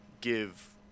give